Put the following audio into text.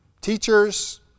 teachers